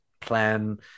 plan